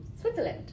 Switzerland